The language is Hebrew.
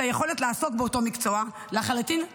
את היכולת לעסוק באותו מקצוע לחלוטין,